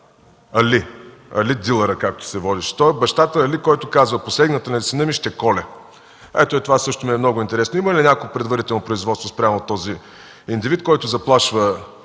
Али – Али дилъра, както се водеше той, бащата Али, който казва: „Посегнете ли на сина ми, ще коля!” Ето това също ми е много интересно. Има ли някакво предварително производство спрямо този индивид, който заплашва